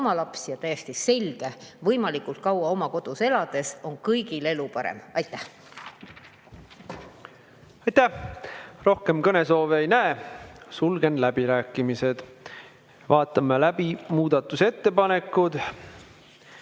oma lapsi. Täiesti selge on, et võimalikult kaua oma kodus elades on kõigil elu parem. Aitäh! Aitäh! Rohkem kõnesoove ei näe, sulgen läbirääkimised. Vaatame läbi muudatusettepanekud.